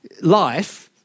life